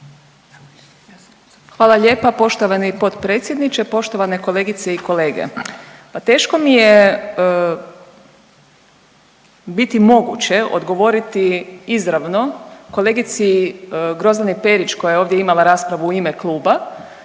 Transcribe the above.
Hvala lijepa poštovani potpredsjedniče, poštovane kolegice i kolege. Pa teško mi je biti moguće odgovoriti izravno kolegici Grozdani Perić koja je ovdje imala raspravu u ime kluba